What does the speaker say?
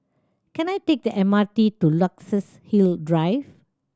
can I take the M R T to Luxus Hill Drive